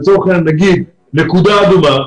לצורך העניין נגיד יש נקודה אדומה,